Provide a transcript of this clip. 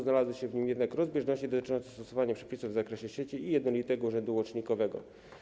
Znalazły się w nim jednak rozbieżności dotyczące stosowania przepisów w zakresie sieci i jednolitego urzędu łącznikowego.